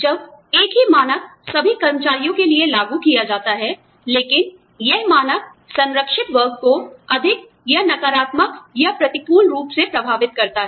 जब एक ही मानक सभी कर्मचारियों के लिए लागू किया जाता है लेकिन यह मानक संरक्षित वर्ग को अधिक या नकारात्मक या प्रतिकूल रूप से प्रभावित करता है